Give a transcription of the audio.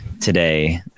today